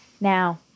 Now